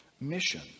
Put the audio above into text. mission